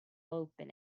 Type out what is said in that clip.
open